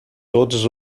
todos